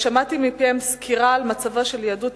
שמעתי מפיהם סקירה על מצבה של יהדות